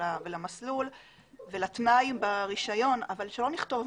למסלול ולתנאי ברישיון אבל שלא נכתוב